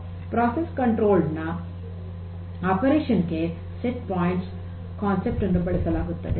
ಪ್ರಕ್ರಿಯೆಯ ನಿಯಂತ್ರಿತ ಕಾರ್ಯಾಚರಣೆಗೆ ಸೆಟ್ ಪಾಯಿಂಟ್ಸ್ ಪರಿಕಲ್ಪನೆಯನ್ನು ಬಳಸಲಾಗುತ್ತದೆ